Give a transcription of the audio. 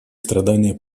страдания